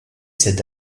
cette